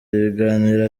ibiganiro